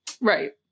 Right